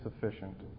sufficient